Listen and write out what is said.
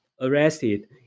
Arrested